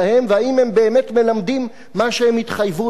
והאם הם באמת מלמדים את מה שהם התחייבו לו.